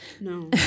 No